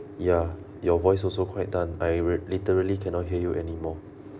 ya your voice also quite done I real~ literally cannot hear you anymore